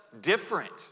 different